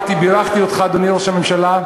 בירכתי אותך, אדוני ראש הממשלה,